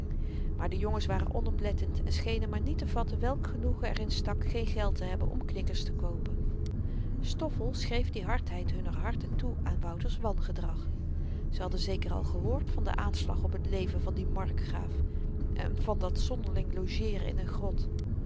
maar de jongens waren onoplettend en schenen maar niet te vatten welk genoegen r in stak geen geld te hebben om knikkers te koopen stoffel schreef die hardheid hunner harten toe aan wouter's wangedrag ze hadden zeker al gehoord van den aanslag op t leven van dien markgraaf en van dat zonderling logeeren in n grot